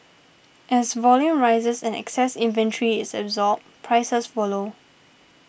as volume rises and excess inventory is absorbed prices follow